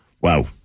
wow